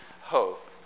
hope